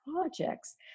projects